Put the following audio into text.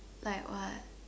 like what